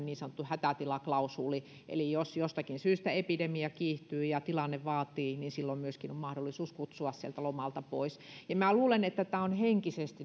niin sanottu hätätilaklausuuli eli jos jostakin syystä epidemia kiihtyy ja tilanne vaatii niin silloin myöskin on mahdollisuus kutsua sieltä lomalta pois ja minä luulen että